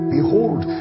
Behold